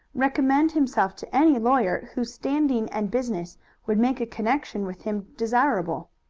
recommend himself to any lawyer whose standing and business would make a connection with him desirable?